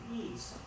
east